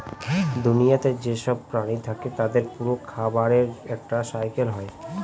দুনিয়াতে যেসব প্রাণী থাকে তাদের পুরো খাবারের একটা সাইকেল হয়